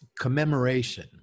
commemoration